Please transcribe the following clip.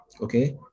okay